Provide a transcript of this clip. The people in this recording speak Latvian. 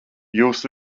jūs